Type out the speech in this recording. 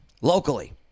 Locally